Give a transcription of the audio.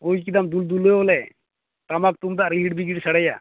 ᱵᱩᱡ ᱠᱮᱫᱟᱢ ᱫᱩᱞ ᱫᱩᱞᱟᱣ ᱟᱞᱮ ᱴᱟᱢᱟᱠ ᱛᱩᱢᱫᱟᱜ ᱨᱤᱦᱤᱲ ᱵᱤᱫᱤᱲ ᱥᱟᱰᱮᱭᱟ